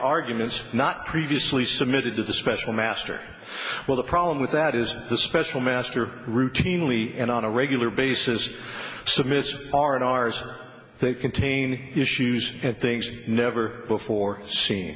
arguments not previously submitted to the special master well the problem with that is the special master routinely and on a regular basis submissive aren't ours they contain issues things never before see